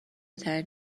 ترین